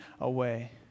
away